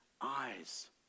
eyes